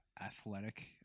athletic